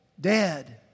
dead